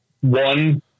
one